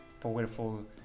powerful